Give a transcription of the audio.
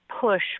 push